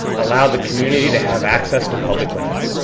allow the community to have access to public land.